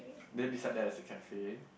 then beside there is a cafe